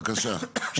בבקשה.